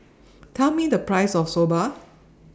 Tell Me The Price of Soba